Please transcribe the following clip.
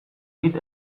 dit